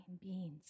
beings